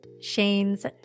Shane's